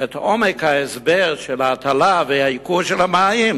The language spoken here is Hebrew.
את עומק ההסבר של ההיטל והייקור של המים,